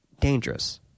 dangerous